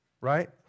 right